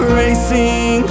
racing